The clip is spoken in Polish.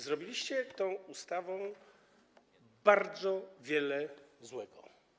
Zrobiliście tą ustawą bardzo wiele złego.